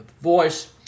voice